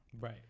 Right